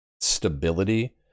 stability